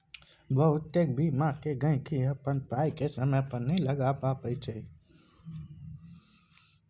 बहुतेक बीमा केर गहिंकी अपन पाइ केँ समय पर नहि लए पबैत छै